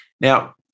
Now